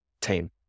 team